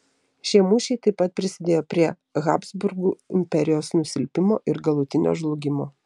šie mūšiai taip pat prisidėjo prie habsburgų imperijos nusilpimo ir galutinio žlugimo